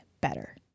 better